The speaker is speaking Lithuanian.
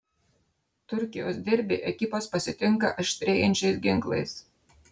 turkijos derbį ekipos pasitinka aštrėjančiais ginklais